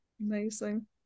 amazing